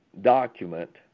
document